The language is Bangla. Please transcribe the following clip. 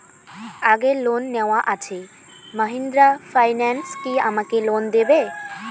আগের লোন নেওয়া আছে মাহিন্দ্রা ফাইন্যান্স কি আমাকে লোন দেবে?